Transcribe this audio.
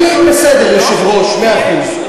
בסדר, יושב-ראש, מאה אחוז.